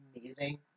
amazing